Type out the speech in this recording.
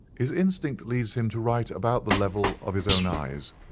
his instinct leads him to write about the level of his own eyes.